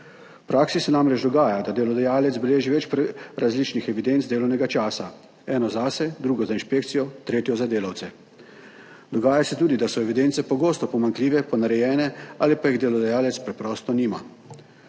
V praksi se namreč dogaja, da delodajalec beleži več različnih evidenc delovnega časa, eno zase, drugo za inšpekcijo, tretjo za delavce. Dogaja se tudi, da so evidence pogosto pomanjkljive, ponarejene ali pa jih delodajalec preprosto nima.